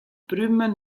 prüma